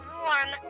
warm